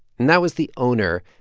and that was the owner,